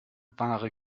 wahre